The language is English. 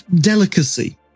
delicacy